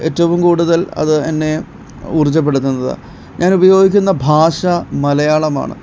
ഏറ്റവും കൂടുതൽ അത് എന്നെ ഊർജ്ജപ്പെടുത്തുന്നത് ഞാൻ ഉപയോഗിക്കുന്ന ഭാഷ മലയാളമാണ്